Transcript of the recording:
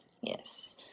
Yes